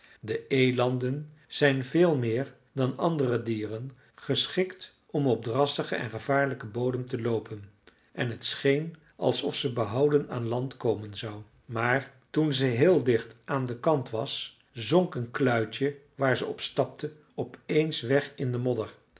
de elanden zijn veel meer dan andere dieren geschikt om op drassigen en gevaarlijken bodem te loopen en het scheen alsof ze behouden aan land komen zou maar toen ze heel dicht aan den kant was zonk een kluitje waar ze op stapte opeens weg in de modder